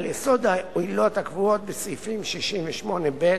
על יסוד העילות הקבועות בסעיפים 68(ב)